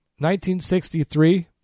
1963